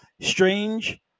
strange